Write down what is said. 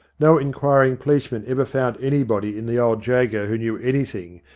no inquiring policeman ever found anybody in the old jago who knew anything,